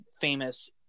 famous